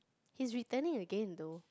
he's returning again though